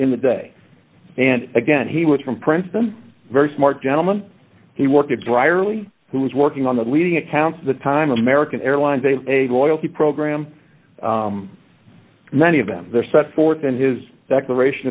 in the day and again he was from princeton very smart gentleman he worked at dreier early who was working on the leading accounts of the time american airlines a loyalty program many of them there set forth in his declaration